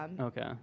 okay